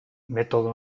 metodo